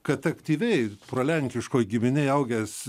kad aktyviai prolenkiškoj giminėj augęs